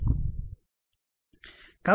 సరే